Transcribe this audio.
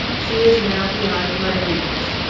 she is now beyond my reach.